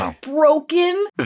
broken